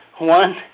one